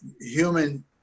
human